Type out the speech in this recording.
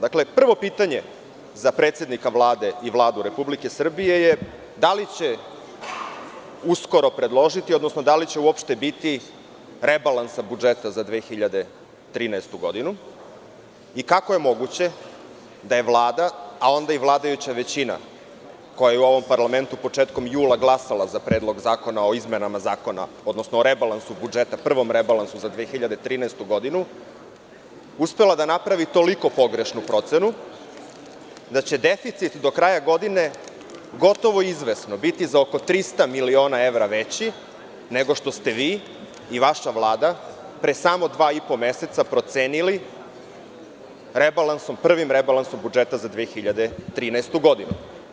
Dakle, prvo pitanje za predsednika Vlade i Vladu Republike Srbije je da li će uskoro predložiti, odnosno, da li će uopšte biti rebalansa budžeta za 2013. godinu i kako je moguće da je Vlada, a onda i vladajuća većina koja je u ovom parlamentu početkom jula glasala za Predlog zakona o izmenama zakona, odnosno rebalansu budžeta, prvom rebalansu za 2013. godinu, uspela da napravi toliko pogrešnu procenu, da će deficit do kraja godine, gotovo izvesno, biti za oko 300 miliona evra veći nego što ste vi i vaša Vlada, pre samo dva i po meseca procenili, rebalansom, prvim rebalansom budžeta za 2013. godinu?